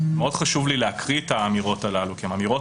מאוד חשוב לי להקריא את האמירות הללו כי אלה אמירות